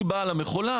היא באה למכולה,